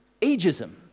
ageism